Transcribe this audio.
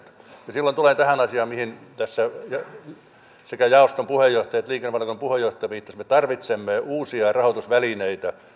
silloin tulen tähän asiaan mihin tässä sekä jaoston puheenjohtaja että liikennevaliokunnan puheenjohtaja viittasivat me tarvitsemme uusia rahoitusvälineitä